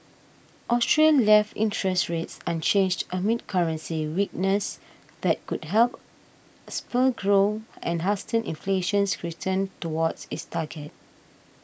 Australia left interest rates unchanged amid currency weakness that could help spur growth and hasten inflation's return toward its target